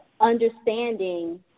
understanding